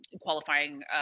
qualifying